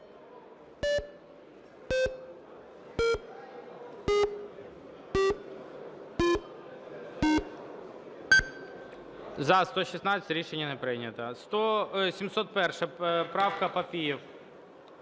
За-116 Рішення не прийнято. 701 правка, Папієв.